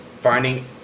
finding